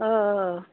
অঁ